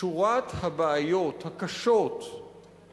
שורת הבעיות הקשות,